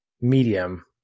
medium